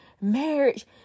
marriage